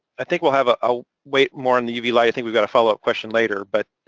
i think we'll have a. i'll wait more on the uv light. i think we've got a follow up question later. but